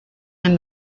him